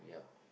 yup